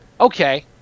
Okay